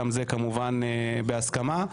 גם זה כמובן בהסכמה.